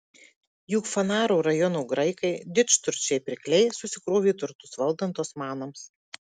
juk fanaro rajono graikai didžturčiai pirkliai susikrovė turtus valdant osmanams